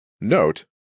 Note